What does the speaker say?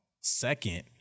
Second